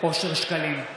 (קורא בשמות חברי הכנסת) נאור שירי,